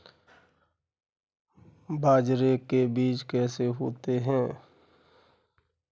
बाजरे के बीज कैसे होते हैं?